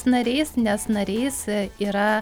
nariais nes nariais yra